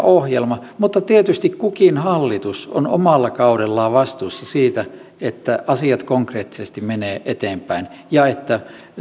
ohjelma mutta tietysti kukin hallitus on omalla kaudellaan vastuussa siitä että asiat konkreettisesti menevät eteenpäin ja että